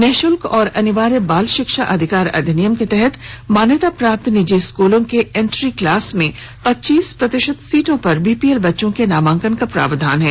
निशुल्क और अनिवार्य बाल शिक्षा अधिकार अधिनियम के तहत मान्यता निजी स्कूलों के इन्ट्री क्लास में पच्चीस प्रतिशत सीटों पर बीपीएल बच्चों के नामांकन का प्रावधान है